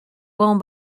worn